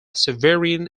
sovereign